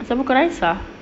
macam muka raisya